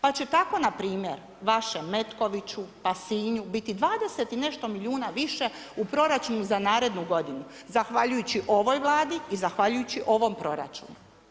Pa će tako npr. vašem Metkoviću, pa Sinju biti 20 i nešto milijuna više u proračunu za narednu godinu, zahvaljujući ovoj Vladi i zahvaljujući ovom proračunu.